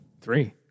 Three